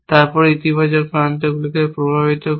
তারপরে ইতিবাচক প্রান্তগুলিকে প্রভাবিত করে